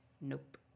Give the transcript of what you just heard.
nope